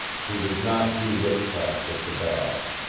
she does not do witchcraft with the bad.